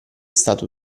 stato